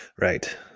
right